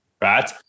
right